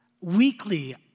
Weekly